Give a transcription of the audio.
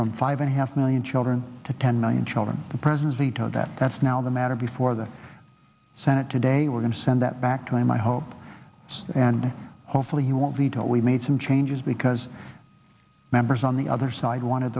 from five and a half million children to ten million children the president vetoed that that's now the matter before the senate today we're going to send that back to him i hope and hopefully you won't veto it we made some changes because members on the other side